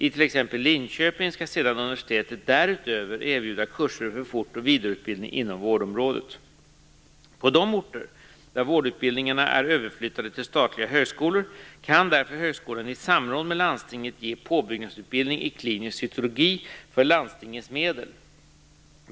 I t.ex. Linköping skall sedan universitetet därutöver erbjuda kurser för fort och vidareutbildning inom vårdområdet. På de orter där vårdutbildningarna är överflyttade till statliga högskolor kan därför högskolan i samråd med landstinget ge påbyggnadsutbildning i klinisk cytologi för landstingets medel.